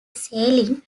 sailing